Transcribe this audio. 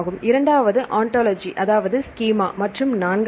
இரண்டாவது ஆன்டாலஜி அதாவது ஸ்கீமா மற்றும் நான்காவது